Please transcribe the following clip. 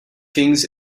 kings